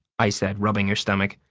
i said, rubbing her stomach.